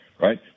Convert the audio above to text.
right